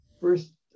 first